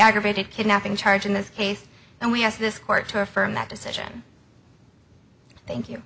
aggravated kidnapping charge in this case and we ask this court to affirm that decision thank you